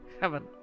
heaven